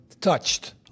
touched